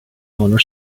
owner